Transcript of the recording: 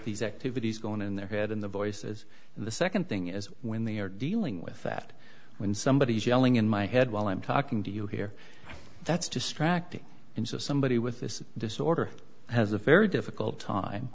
these activities going in their head in the voices the second thing is when they are dealing with that when somebody is yelling in my head while i'm talking to you here that's distracting and so somebody with this disorder has a very difficult time